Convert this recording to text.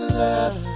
love